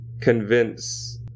convince